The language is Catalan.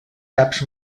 caps